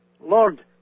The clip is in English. Lord